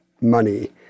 money